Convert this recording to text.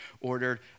ordered